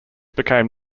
became